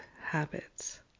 habits